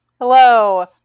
Hello